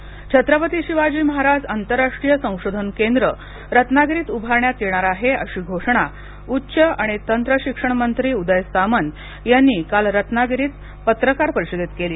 संशोधन केंद्र छत्रपती शिवाजी महाराज आंतरराष्ट्रीय संशोधन केंद्र रत्नागिरीत उभारण्यात येणार आहे अशी घोषणा उच्च आणि तंत्रशिक्षण मंत्री उदय सामंत यांनी काल रत्नागिरीत पत्रकार परिषदेत केली